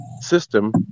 system